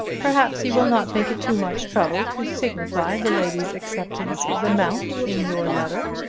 perhaps you will not think it too much trouble to signify the lady's acceptance of the mount in your letter.